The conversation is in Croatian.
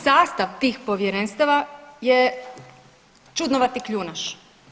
Sastav tih povjerenstava je čudnovati kljunaš.